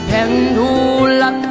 Pendula